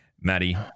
Maddie